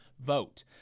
vote